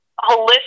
holistic